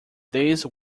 these